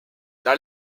dans